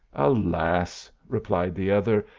alas, replied the other,